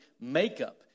makeup